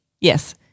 Yes